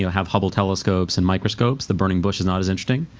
have hubble telescopes and microscopes, the burning bush is not as interesting.